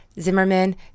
Zimmerman